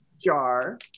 jar